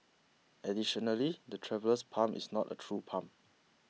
additionally the Traveller's Palm is not a true palm